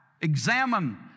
Examine